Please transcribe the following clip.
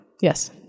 Yes